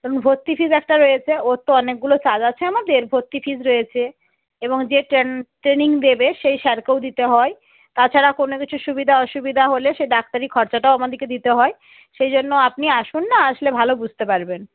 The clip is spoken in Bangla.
ধরুন ভর্তি ফিজ একটা রয়েছে ওর তো অনেকগুলো চার্জ আছে আমাদের ভর্তি ফিজ রয়েছে এবং যে ট্রেনিং দেবে সেই স্যারকেও দিতে হয় তাছাড়া কোনো কিছু সুবিধা অসুবিধা হলে সে ডাক্তারি খরচাটাও আমাদেরকে দিতে হয় সেই জন্য আপনি আসুন না আসলে ভালো বুঝতে পারবেন